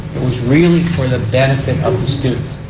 it was really for the benefit of the students.